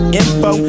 info